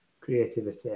creativity